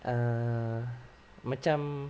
err macam